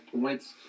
points